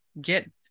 get